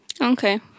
okay